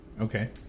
okay